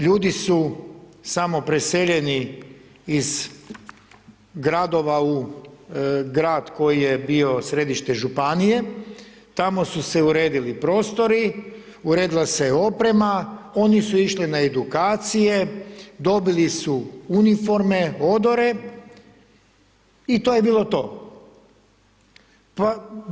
Ljudi su samo preseljeni iz gradova u grad koji je bio središte županije, tamo su se uredili prostori, uredila se oprema, oni su išli na edukacije, dobili su uniforme, odore i to je bilo to.